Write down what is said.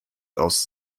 aus